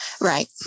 Right